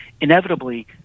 inevitably